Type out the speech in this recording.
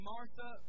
Martha